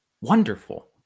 wonderful